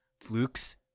flukes